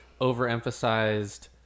overemphasized